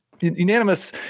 unanimous